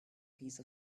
piece